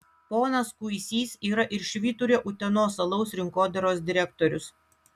ponas kuisys yra ir švyturio utenos alaus rinkodaros direktorius